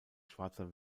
schwarzer